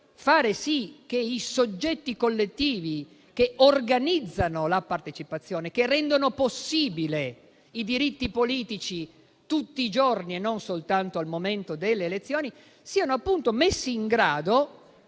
far sì che i soggetti collettivi che organizzano la partecipazione e che rendono possibili i diritti politici tutti i giorni, e non soltanto al momento delle elezioni, siano messi in grado